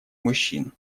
мужчин